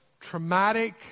traumatic